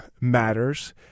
matters